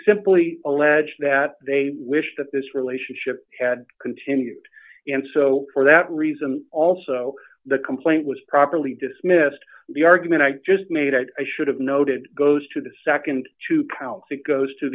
simply allege that they wish that this relationship had continued and so for that reason also the complaint was properly dismissed the argument i just made i should have noted goes to the nd two counts it goes to